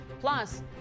Plus